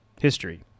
history